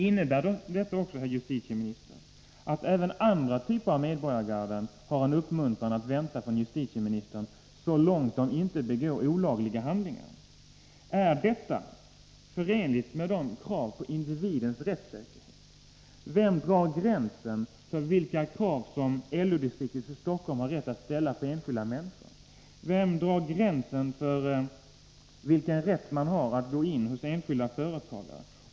Innebär det, herr justitieminister, att även andra typer av medborgargarden har en uppmuntran att vänta från justitieministern, så länge de inte begår olagliga handlingar? Är detta förenligt med kraven på individens rättssäkerhet? Vem drar gränsen för vilka krav som LO-distriktet i Stockholm har rätt att ställa på enskilda människor? Vem drar gränsen för vilken rätt man har att gå in hos enskilda företagare?